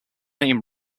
name